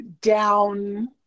down